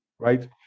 Right